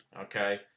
Okay